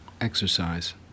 exercise